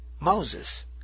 Moses